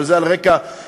אבל זה על רקע אישי.